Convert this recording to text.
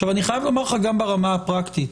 גם ברמה הפרקטית,